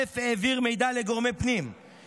א' העביר מידע לגורמי פנים,